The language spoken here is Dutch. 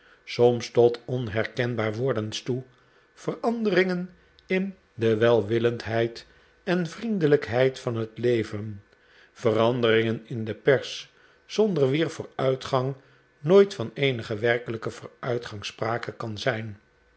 soms tot onherkenbaar wordens toe veranderingen in de welwillendheid en vriendelijkheid van het leven veranderingen in de pers zonder wier vooruitgang nooit van eenigen werkelijken vooruitgang sprake kan zijn